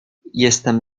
jestem